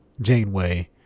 Janeway